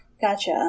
Gotcha